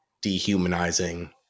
dehumanizing